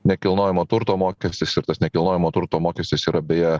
nekilnojamo turto mokestis ir tas nekilnojamo turto mokestis yra beje